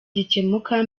gikemuka